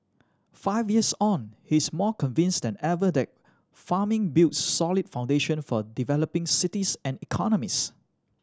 five years on he is more convinced than ever that farming builds solid foundation for developing cities and economies